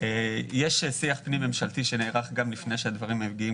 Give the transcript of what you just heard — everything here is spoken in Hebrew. יש שיח פנים-ממשלתי שנערך גם לפני שהדברים מגיעים